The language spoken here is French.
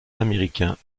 américains